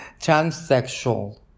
transsexual